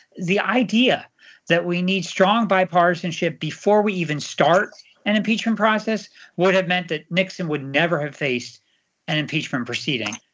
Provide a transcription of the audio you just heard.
the idea that we need strong bipartisanship before we even start an impeachment process would have meant that nixon would never have faced an impeachment proceeding.